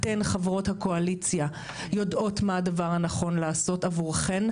אתן חברות הקואליציה יודעות מה הדבר הנכון לעשות עבורכן,